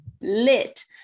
lit